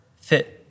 fit